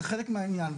זה חלק מהעניין.